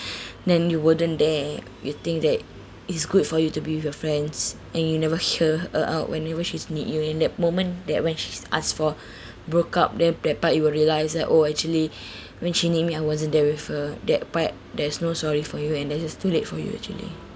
then you wasn't there you think that it's good for you to be with your friends and you never hear her out whenever she's need you in that moment that when she's asked for broke up then that part you will realise that oh actually when she need me I wasn't there with her that part there's no sorry for you and then it's too late for you actually